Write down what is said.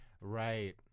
Right